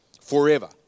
forever